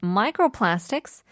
microplastics